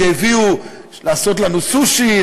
שהביאו כדי לעשות לנו סושי,